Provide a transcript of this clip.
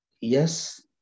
Yes